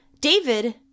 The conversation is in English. David